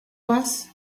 was